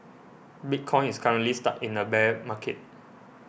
bitcoin is currently stuck in a bear market